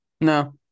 No